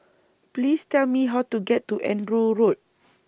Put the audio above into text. Please Tell Me How to get to Andrew Road